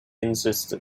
insisted